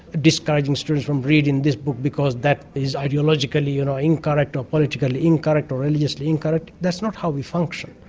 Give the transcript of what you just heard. discouraging students from reading this book because that is ideologically, you know, incorrect or politically incorrect or religiously incorrect, that's not how we function.